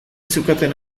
zeukaten